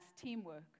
teamwork